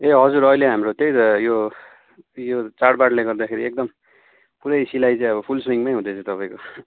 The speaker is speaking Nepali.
ए हजुर अहिले हाम्रो त्यही त यो यो चाडबाडले गर्दाखेरि एकदम पुरै सिलाइ चाहिँ अब फुल सुइङमै हुँदैछ तपाईँको